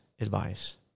advice